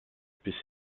biss